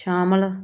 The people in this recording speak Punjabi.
ਸ਼ਾਮਲ